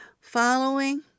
following